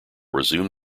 resumed